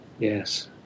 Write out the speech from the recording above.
Yes